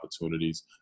opportunities